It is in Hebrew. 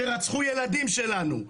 שרצחו ילדים שלנו,